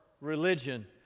religion